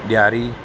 ॾियारी